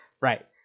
right